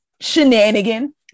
shenanigan